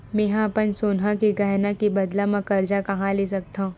मेंहा अपन सोनहा के गहना के बदला मा कर्जा कहाँ ले सकथव?